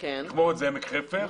מכמורת זה עמק חפר.